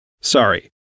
Sorry